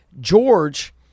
George